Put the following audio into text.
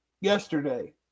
yesterday